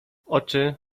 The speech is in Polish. oczy